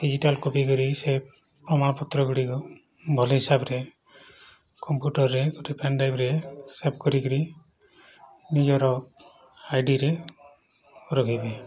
digital copy କରି ସେ ପ୍ରମାଣପତ୍ର ଗୁଡ଼ିକ ଭଲ ହିସାବରେ କମ୍ପ୍ୟୁଟରରେ ଗୋଟେ ପେନ୍ ଡ୍ରାଇଭ୍ରେ ସେଭ୍ କରିକି ନିଜର ଆଇଡିରେ ରଖିବେ